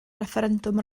refferendwm